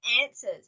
answers